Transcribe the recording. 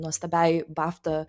nuostabiai bafta